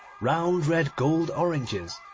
round red-gold oranges,